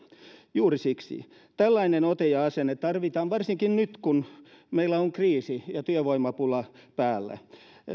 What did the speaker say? juuri siksi tällainen ote ja asenne tarvitaan varsinkin nyt kun meillä on kriisi ja työvoimapula päällä